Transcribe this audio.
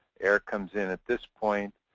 air comes in at this point.